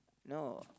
no